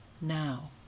Now